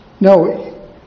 No